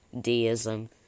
deism